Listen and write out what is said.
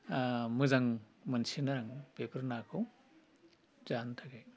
मोजां मोनसिनो आं बेफोर नाखौ जानो थाखाय